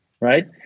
right